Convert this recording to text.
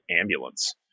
ambulance